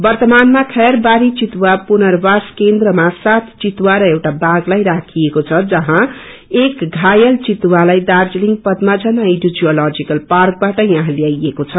वर्तमानमा खैरबाड़ी चितुवा पुर्नवास केन्द्रमा सात चितुवा बाधलाई राखिएको छ जहाँ एक घायत चितुवालाई Darjeeling Padmaja Naidu zoological park बाट याहाँ ल्याईएको छ